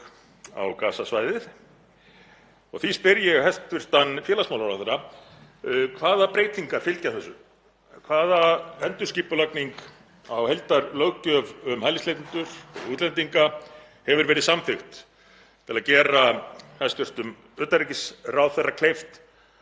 á Gaza-svæðið. Því spyr ég hæstv. félagsmálaráðherra: Hvaða breytingar fylgja þessu? Hvaða endurskipulagning á heildarlöggjöf um hælisleitendur og útlendinga hefur verið samþykkt til að gera hæstv. utanríkisráðherra kleift